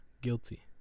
guilty